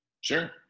Sure